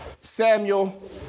Samuel